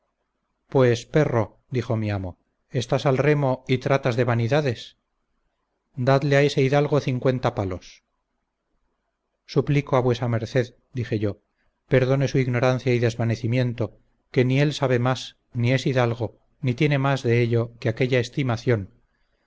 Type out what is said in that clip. pues perro dijo mi amo estás al remo y tratas de vanidades dadle a ese hidalgo cincuenta palos suplico a vuesa merced dije yo perdone su ignorancia y desvanecimiento que ni él sabe más ni es hidalgo ni tiene más de ello que aquella estimación